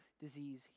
disease